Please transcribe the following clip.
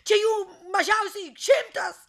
čia jų mažiausiai šimtas